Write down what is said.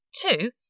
Two